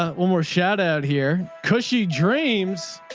ah, one more shout out here. cushy dreams